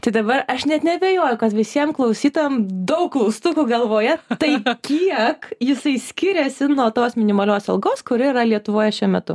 tai dabar aš net neabejoju kad visiems nu klausytojam daug klaustukų galvoje tai kiek jisai skiriasi nuo tos minimalios algos kuri yra lietuvoje šiuo metu